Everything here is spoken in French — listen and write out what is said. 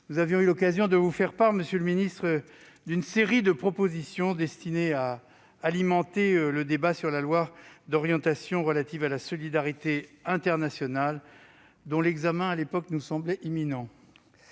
Nous avions eu l'occasion de vous faire part, monsieur le ministre, d'une série de propositions destinées à alimenter le débat sur la loi d'orientation relative à la solidarité internationale, dont l'examen, à l'époque, nous semblait imminent.